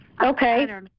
Okay